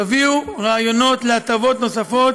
תביאו רעיונות להטבות נוספות,